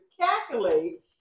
calculate